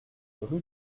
rue